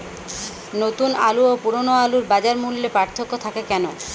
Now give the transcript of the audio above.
নতুন আলু ও পুরনো আলুর বাজার মূল্যে পার্থক্য থাকে কেন?